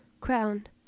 crowned